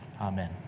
Amen